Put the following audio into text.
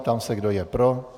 Ptám se, kdo je pro.